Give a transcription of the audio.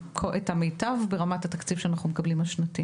המיטב ברמת התקציב השנתי שאנחנו מקבלים.